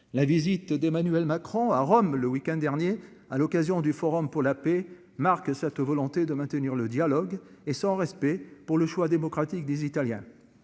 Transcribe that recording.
la visite d'Emmanuel. à Rome, le week-end dernier à l'occasion du Forum pour la paix, Marc, cette volonté de maintenir le dialogue et son respect pour le choix démocratique des Italiens,